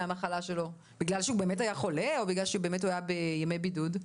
המחלה שלו בגלל שהוא באמת היה חולה או בגלל שבאמת הוא היה בימי בידוד.